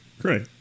Great